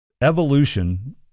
evolution